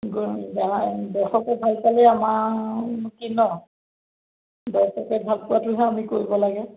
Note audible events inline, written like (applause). (unintelligible) দৰ্শকে ভাল পালে আমাৰ কি ন দৰ্শকে ভাল পোৱাটোহে আমি কৰিব লাগে